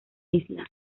isla